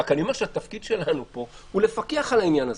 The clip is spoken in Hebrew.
רק אני אומר שהתפקיד שלנו פה הוא לפקח על העניין הזה.